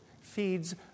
Feeds